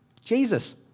Jesus